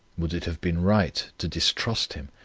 would it have been right to distrust him?